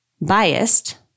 biased